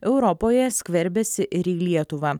europoje skverbiasi ir į lietuvą